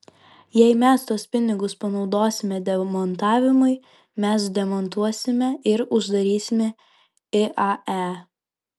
jei mes tuos pinigus panaudosime demontavimui mes demontuosime ir uždarysime iae